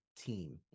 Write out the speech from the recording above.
team